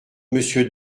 monsieur